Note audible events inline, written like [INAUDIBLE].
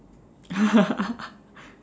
[LAUGHS]